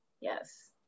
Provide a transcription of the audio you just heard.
Yes